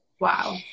Wow